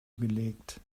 gelegt